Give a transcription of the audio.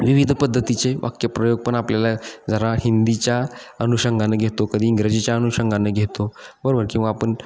विविध पद्धतीचे वाक्यप्रयोग पण आपल्याला जरा हिंदीच्या अनुषंगाने घेतो कधी इंग्रजीच्या अनुषंगाने घेतो बरोबर किंवा आपण